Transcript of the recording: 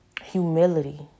humility